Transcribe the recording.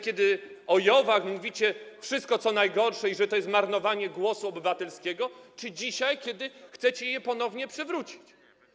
Kiedy o JOW-ach mówicie wszystko, co najgorsze, że to jest marnowanie głosu obywatelskiego, czy dzisiaj, kiedy chcecie je ponownie przywrócić?